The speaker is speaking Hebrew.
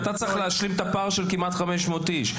ואתה צריך להשלים את הפער של כמעט 500 איש.